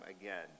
again